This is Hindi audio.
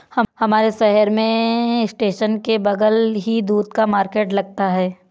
हमारे शहर में स्टेशन के बगल ही दूध का मार्केट लगता है